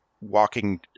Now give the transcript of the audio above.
walking